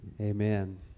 Amen